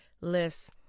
lists